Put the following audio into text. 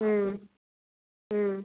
ம் ம்